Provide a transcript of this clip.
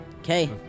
Okay